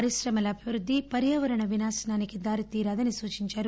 పరిశ్రమల అభివృద్ది పర్యావరణ వినాశనానికి దారి తీయరాదని సూచించారు